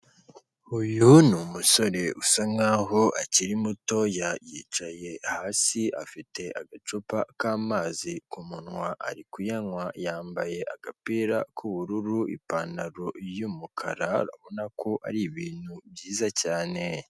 Uyu ni umusore usa nkaho akiri mutoya, yicaye hasi afite agacupa k'amazi ku munwa. Ari kuyanywa yambaye agapira k'ubururu, ipantaro y'umukara abona ko ari ibintu byiza cyane.